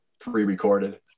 pre-recorded